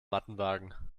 mattenwagen